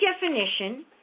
definition